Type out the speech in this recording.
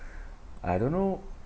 I don't know